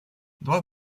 два